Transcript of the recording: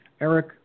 Eric